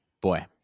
Boy